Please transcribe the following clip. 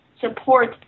support